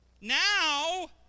Now